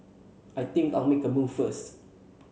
I think I'll make a move first